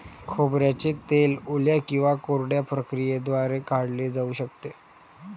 खोबऱ्याचे तेल ओल्या किंवा कोरड्या प्रक्रियेद्वारे काढले जाऊ शकते